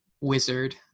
wizard